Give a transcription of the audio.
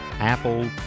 Apple